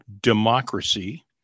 Democracy